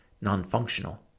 non-functional